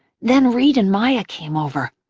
then reid and maya came over.